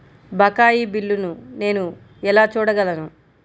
బకాయి బిల్లును నేను ఎలా చూడగలను?